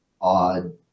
odd